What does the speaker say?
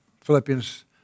Philippians